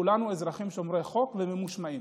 כולנו אזרחים שומרי חוק וממושמעים,